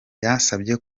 yasabye